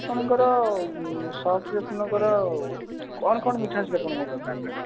ଆପଣଙ୍କର ସପ୍ରେ ଆପଣଙ୍କର କ'ଣ କ'ଣ ମିଠା ଅଛି ଆପଣଙ୍କର ଦୋକାନରେ